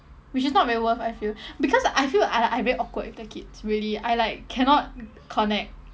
which is not very worth I feel because I feel I I very awkward with the kids really I like cannot connect